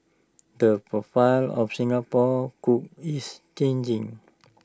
the profile of Singapore cooks is changing